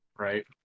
Right